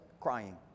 crying